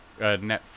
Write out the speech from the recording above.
Netflix